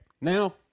Now